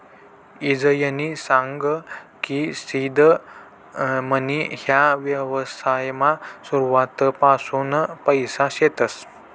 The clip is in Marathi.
ईजयनी सांग की सीड मनी ह्या व्यवसायमा सुरुवातपासून पैसा शेतस